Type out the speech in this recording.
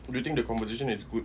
you think the conversation is good